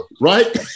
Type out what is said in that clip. right